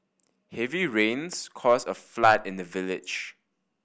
heavy rains caused a flood in the village